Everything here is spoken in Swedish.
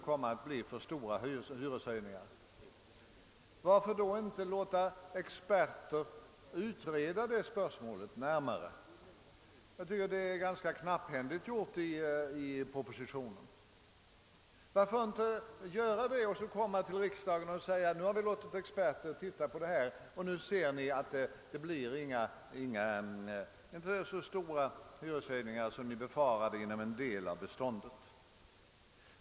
Varför kunde man då inte låta experter närmare utreda spörsmålet? Jag tycker detta är ganska knapphändigt gjort i propositionen. Varför inte förfara på detta sätt och så gå till riksdagen och säga: Nu har vi låtit experterna undersöka saken och nu ser ni att det säkert inte blir så stora hyreshöjningar som ni befarat inom en del av beståndet.